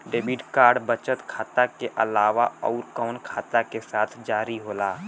Debit card बचत खाता के अलावा अउरकवन खाता के साथ जारी होला?